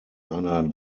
einer